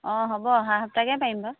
অঁ হ'ব অহা সপ্তাহকৈ পাৰিম বাৰু